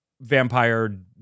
Vampire